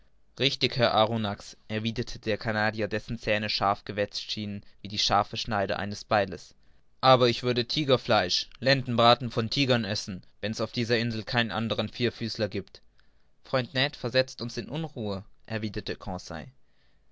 richtig herr arronax erwiderte der canadier dessen zähne scharf gewetzt schienen wie die scharfe schneide eines beiles aber ich würde tigerfleisch lendenbraten von tigern essen wenn's auf dieser insel keinen andern vierfüßler giebt freund ned versetzt uns in unruhe erwiderte